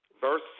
verse